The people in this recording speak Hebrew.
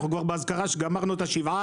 גמרנו כבר את השבעה,